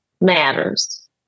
matters